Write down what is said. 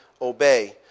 obey